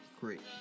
Great